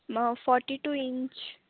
forty two inch